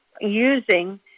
using